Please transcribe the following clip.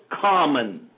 common